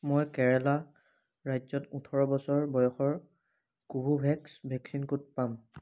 মই কেৰেলা ৰাজ্যত ওঠৰ বছৰ বয়সৰ কোভোভেক্স ভেকচিন ক'ত পাম